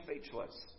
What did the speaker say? speechless